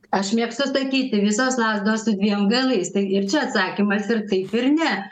aš mėgstu sakyti visos lazdos su dviem galais tai ir čia atsakymas ir taip ir ne